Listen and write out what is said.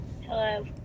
Hello